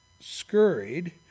scurried